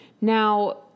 Now